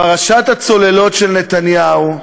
פרשת הצוללות של נתניהו,